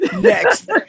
Next